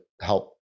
help